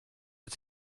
wyt